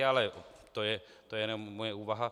Ale to je jenom moje úvaha.